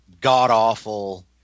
god-awful –